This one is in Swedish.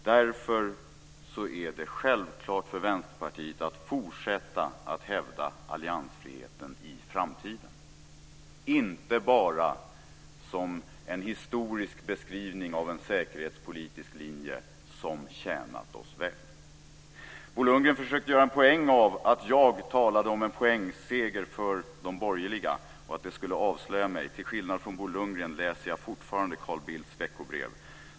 Därför är det självklart för Vänsterpartiet att fortsätta att hävda alliansfriheten i framtiden och inte bara nämna den som en historisk beskrivning av en säkerhetspolitisk linje som tjänat oss väl. Bo Lundgren försökte att göra en poäng av jag talade om en poängseger för de borgerliga och att det skulle avslöja mig. Till skillnad från Bo Lundgren läser jag fortfarande Carl Bildts veckobrev.